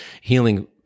healing